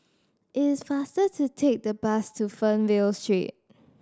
it is faster to take the bus to Fernvale Street